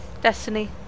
Destiny